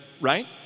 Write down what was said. right